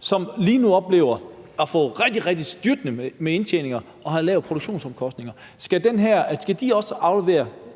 som lige nu oplever at få styrtende indtjeninger og har lave produktionsomkostninger. Skal de også aflevere